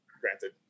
granted